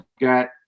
got